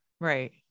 Right